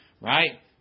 Right